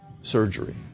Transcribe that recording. surgery